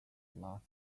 last